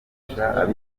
ifasha